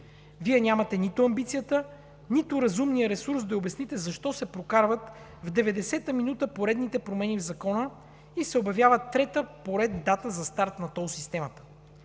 Вие нямате нито амбицията, нито разумния ресурс да обясните защо се прокарват в 90-ата минута поредните промени в Закона и се обявява трета по ред дата за старт на тол системата.